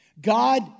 God